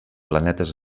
planetes